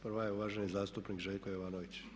Prva je uvaženi zastupnik Željko Jovanović.